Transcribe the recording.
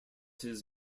his